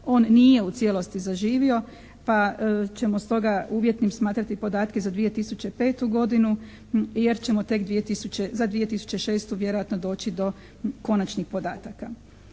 on nije u cijelosti zaživio pa ćemo stoga uvjetnim smatrati podatke za 2005. godinu jer ćemo tek za 2006. vjerojatno doći konačnih podataka.